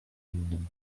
innym